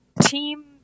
team